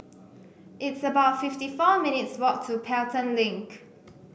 it's about fifty four minutes' walk to Pelton Link